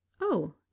Oh